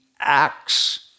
acts